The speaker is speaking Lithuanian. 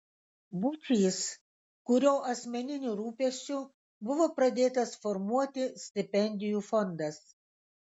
būčys kurio asmeniniu rūpesčiu buvo pradėtas formuoti stipendijų fondas